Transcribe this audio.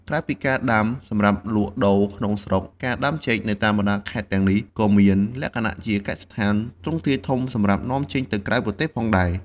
ក្រៅពីការដាំសម្រាប់លក់ដូរក្នុងស្រុក ការដាំចេកនៅតាមបណ្តាខេត្តទាំងនេះក៏មានលក្ខណៈជាកសិដ្ឋានទ្រង់ទ្រាយធំសម្រាប់នាំចេញទៅក្រៅប្រទេសផងដែរ។